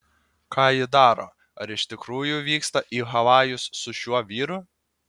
ką ji daro ar iš tikrųjų vyksta į havajus su šiuo vyru